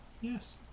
Yes